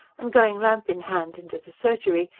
and going lamp in hand into the surgery,